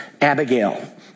Abigail